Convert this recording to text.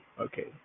Okay